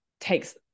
takes